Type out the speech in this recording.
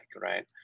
right